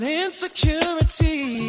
insecurity